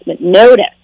notice